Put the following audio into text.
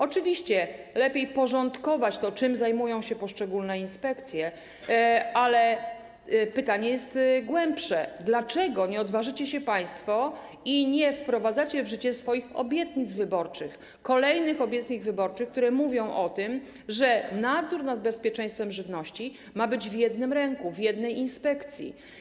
Oczywiście lepiej porządkować to, czym zajmują się poszczególne inspekcje, ale pytanie jest głębsze: Dlaczego nie odważycie się państwo i nie wprowadzacie w życie swoich obietnic wyborczych, kolejnych obietnic wyborczych, które mówiły o tym, że nadzór nad bezpieczeństwem żywności ma być w jednym ręku, w jednej inspekcji?